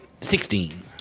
Sixteen